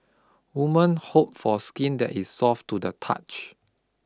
women hope for skin that is soft to the touch